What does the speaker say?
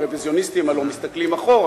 הרוויזיוניסטים הלוא מסתכלים אחורה,